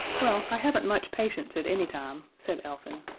well, i haven't much patience at any time, said elfin,